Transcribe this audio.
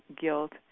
guilt